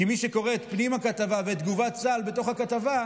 כי מי שקורא את פנים הכתבה ואת תגובת צה"ל בתוך הכתבה,